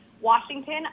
Washington